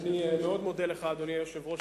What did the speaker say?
אדוני היושב-ראש,